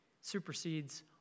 supersedes